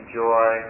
joy